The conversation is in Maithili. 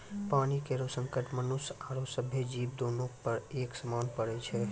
पानी केरो संकट मनुष्य आरो सभ्भे जीवो, दोनों पर एक समान पड़ै छै?